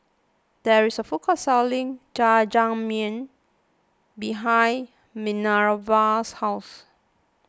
there is a food court selling Jajangmyeon behind Manerva's house